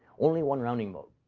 only one rounding mode.